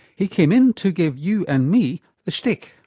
he came in to give you and me the schtick.